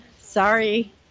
Sorry